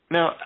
Now